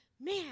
Man